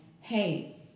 hey